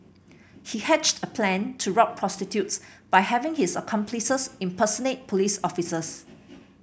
he hatched a plan to rob prostitutes by having his accomplices impersonate police officers